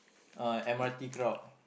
uh M_R_T crowd